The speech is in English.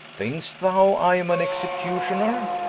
think'st thou i am an executioner?